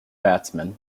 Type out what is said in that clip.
batsmen